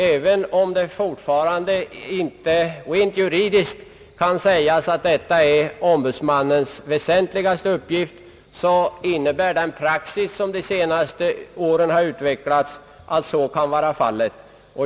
Även om det fortfarande rent juridiskt inte kan sägas att detta är ombudsmannens väsentligaste uppgift, innebär den praxis som utvecklats under de senaste åren att så kan vara fallet.